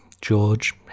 George